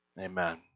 Amen